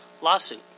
lawsuit